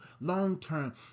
long-term